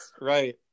Right